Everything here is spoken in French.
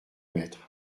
mètres